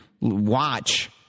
watch